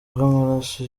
bw’amaraso